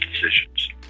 decisions